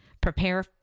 Prepare